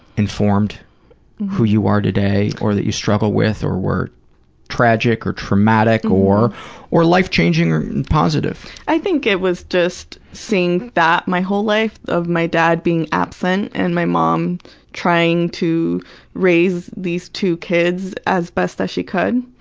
informed who you are today, or that you struggle with, or were tragic or traumatic, or or life-changing or positive? n i think it was just seeing that my whole life, of my dad being absent and my mom trying to raise these two kids as best as she could,